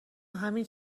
همین